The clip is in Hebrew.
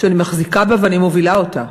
שאני מחזיקה בה ואני מובילה אותה.